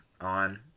on